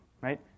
right